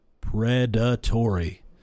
predatory